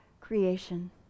creation